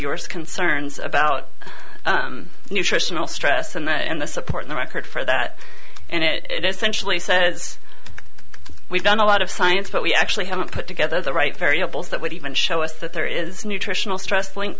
reviewers concerns about nutritional stress and that and the supporting record for that and it is essentially says we've done a lot of science but we actually haven't put together the right variables that would even show us that there is nutritional stress linked